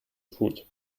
fruit